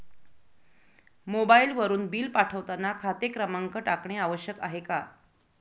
मोबाईलवरून बिल पाठवताना खाते क्रमांक टाकणे आवश्यक आहे का?